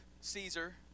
Caesar